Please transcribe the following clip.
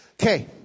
Okay